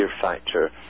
factor